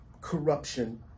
corruption